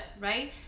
Right